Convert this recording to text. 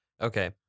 Okay